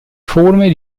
forme